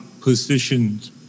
positions